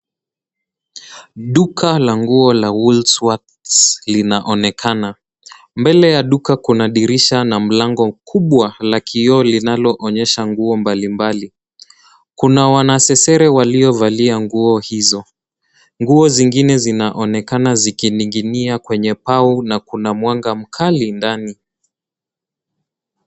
Duka la nguo la Wool Swat linaonekana. Mbele ya duka kuna dirisha na mlango kubwa la kioo linaloonyesha nguo mbalimbali. Kuna wanasesere waliovalia nguo hizo. Nguo zingine zinaonekana zikining’inia kwenye pau na kuna mwanga mkali ndani.